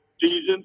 season